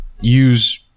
use